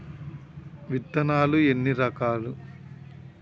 విత్తనాలు ఎన్ని రకాలు?